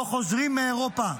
לא חוזרים מאירופה.